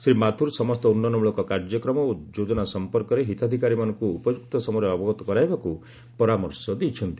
ଶ୍ରୀ ମାଥୁର ସମସ୍ତ ଉନ୍ନୟନମଳକ କାର୍ଯ୍ୟକ୍ରମ ଓ ଯୋଜନା ସମ୍ପର୍କରେ ହିତାଧିକାରୀମାନଙ୍କୁ ଉପଯ୍ରକ୍ତ ସମୟରେ ଅବଗତ କରାଇବାକୁ ପରାମର୍ଶ ଦେଇଛନ୍ତି